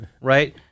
Right